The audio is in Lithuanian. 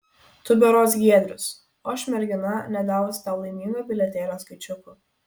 tu berods giedrius o aš mergina nedavusi tau laimingo bilietėlio skaičiukų